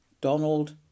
Donald